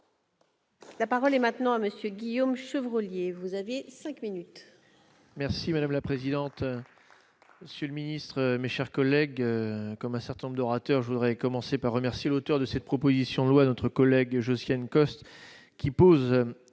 La parole est maintenant à monsieur Guillaume Chevrollier vous avez 5 minutes. Merci madame la présidente, monsieur le ministre, mes chers collègues, comme un certain nombre d'orateurs je voudrais commencer par remercier l'auteur de cette proposition de loi notre collègue Josiane Costes qui pose